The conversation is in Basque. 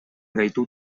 gaitu